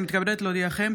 אני מתכבדת להודיעכם,